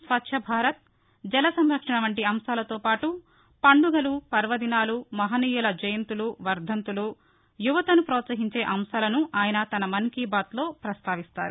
స్వచ్ఛ భారత్ జల సంరక్షణ వంటి అంశాలతో పాటు పండుగలు పర్వదినాలు మహనీయుల జయంతులు వర్దంతులు యువతను ప్రోత్సహించే అంశాలను ఆయన తన మన్ కీ బాత్లో పస్తావిస్తారు